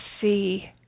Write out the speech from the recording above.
see